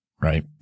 Right